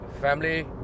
family